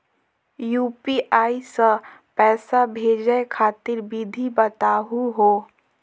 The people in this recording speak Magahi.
यू.पी.आई स पैसा भेजै खातिर विधि बताहु हो?